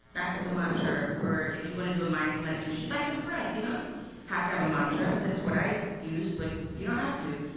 back to the mantra, or if you want to do a mindful meditation, back to the breath. you don't have to have a mantra. that's what i use, but you don't have to.